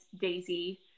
Daisy